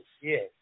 yes